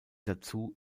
dazu